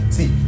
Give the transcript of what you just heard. See